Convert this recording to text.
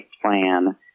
plan